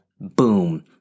boom